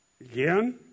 Again